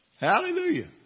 Hallelujah